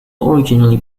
originally